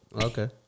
Okay